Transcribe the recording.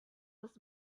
was